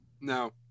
No